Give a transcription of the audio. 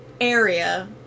area